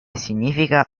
significa